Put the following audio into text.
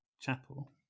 chapel